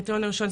הראשון,